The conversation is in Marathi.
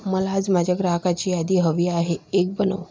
मला आज माझ्या ग्राहकाची यादी हवी आहे एक बनव